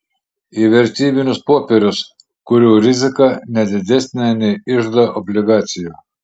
į vertybinius popierius kurių rizika ne didesnė nei iždo obligacijų